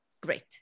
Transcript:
Great